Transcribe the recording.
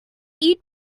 eat